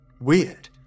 weird